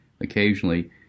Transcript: occasionally